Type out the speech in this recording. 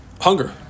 Hunger